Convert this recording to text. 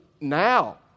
now